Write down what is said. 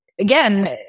again